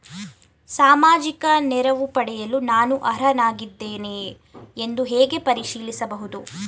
ಸಾಮಾಜಿಕ ನೆರವು ಪಡೆಯಲು ನಾನು ಅರ್ಹನಾಗಿದ್ದೇನೆಯೇ ಎಂದು ಹೇಗೆ ಪರಿಶೀಲಿಸಬಹುದು?